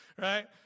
right